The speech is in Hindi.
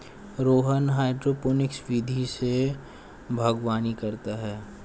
रोहन हाइड्रोपोनिक्स विधि से बागवानी करता है